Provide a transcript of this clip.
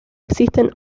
existen